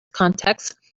contexts